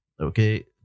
Okay